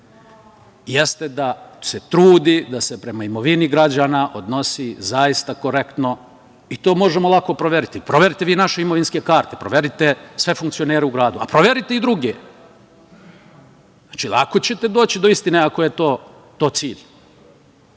jeste da se trudi da se prema imovini građana odnosi zaista korektno i to možemo lako proveriti. Proveriti vi naše imovinske karte, proverite sve funkcionere u gradu, a proverite i druge. Znači, lako ćete doći do istine ako je to